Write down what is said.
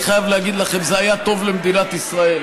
חייב להגיד לכם: זה היה טוב למדינת ישראל,